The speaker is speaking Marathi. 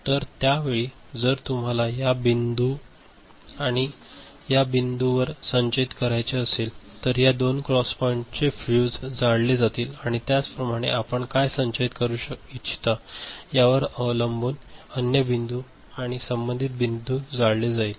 तर त्या वेळी जर तुम्हाला या बिंदू आणि या बिंदूवर संचयित करायचे असेल तर या दोन क्रॉस पॉइंट्स चे फ्यूज जाळले जातील आणि त्याचप्रमाणे आपण काय संचयित करू इच्छिता यावर अवलंबून अन्य बिंदू आणि संबंधित बिंदू जाळले जातील